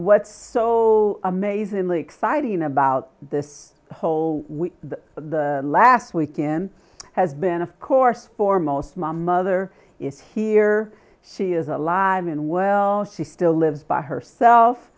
what's so amazingly exciting about this whole the last weekend has been of course foremost my mother is here she is alive and well she still lives by